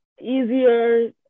easier